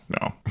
no